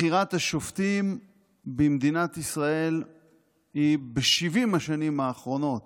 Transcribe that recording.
בחירת השופטים במדינת ישראל ב-70 השנים האחרונות,